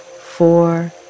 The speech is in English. four